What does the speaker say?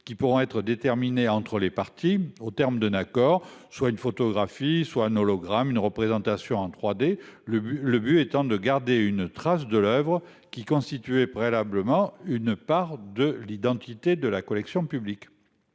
qui pourront être déterminées entre les parties au terme d'un accord soit une photographie soit un hologramme une représentation en 3D. Le but, le but étant de garder une trace de l'oeuvre qui constituait préalablement une part de l'identité de la collection publique.